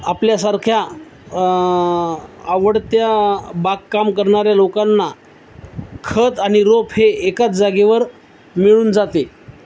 आपल्यासारख्या आवडत्या बागकाम करणाऱ्या लोकांना खत आणि रोप हे एकाच जागेवर मिळून जाते